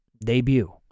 debut